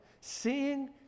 Seeing